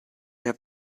have